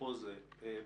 אפרופו זה,